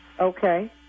Okay